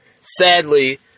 Sadly